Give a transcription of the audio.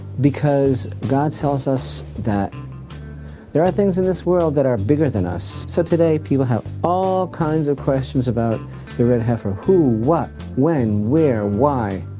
because god tells us that there are things in this world that are bigger than us. so today people have all kinds of questions about the red heifer. who? what? when? where? why?